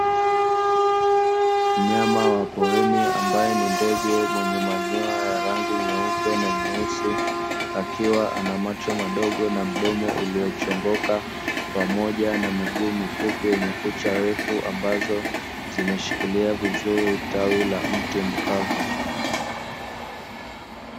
Mnyama wa porini ambaye ni ndege mwenye manyoya ya rangi nyeupe na nyeusi, akiwa ana macho madogo na mdomo uliochongoka pamoja na miguu mifupi yenye kucha refu, ambazo zimeshikilia vizuri tawi la mti mkavu.